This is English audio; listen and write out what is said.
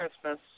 Christmas